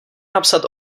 napsat